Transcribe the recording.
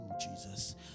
Jesus